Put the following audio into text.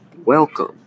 Welcome